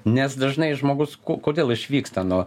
nes dažnai žmogus ko kodėl išvyksta no